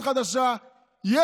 לנאום.